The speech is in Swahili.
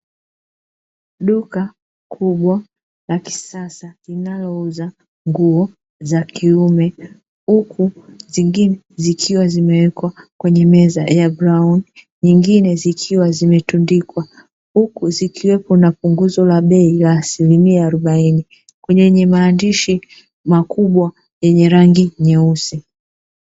Duka kubwa la kisasa linalouza nguo za kiume, huku zingine zikiwa zimewekwa kwenye meza ya brown nyingine zikiwa zimetundikwa huku zikiwepo na punguzo la bei la asilimia arobaini kwenye maandishi makubwa yenye rangi nyeusi.